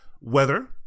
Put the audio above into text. weather